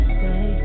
say